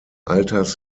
alters